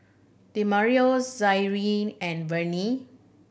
Demario Zaire and Vennie